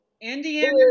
Indiana